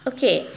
Okay